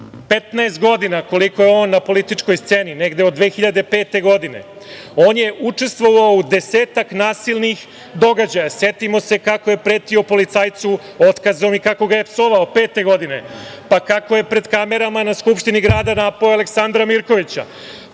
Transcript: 15 godina koliko je on na političkoj sceni, negde od 2005. godine, on je učestvovao u desetak nasilnih događaja. Setimo se kako je pretio policajcu otkazom i kako ga je psovao pete godine, pa kako je pred kamerama na Skupštini grada napao Aleksandra Mirkovića. Ja